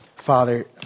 Father